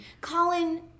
Colin